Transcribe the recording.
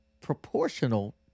proportional